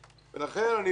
לכן אני חושב